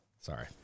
Sorry